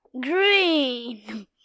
Green